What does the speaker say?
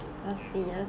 ya